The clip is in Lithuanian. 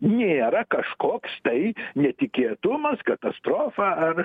nėra kažkoks tai netikėtumas katastrofa ar